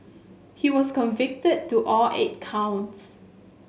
he was convicted to all eight counts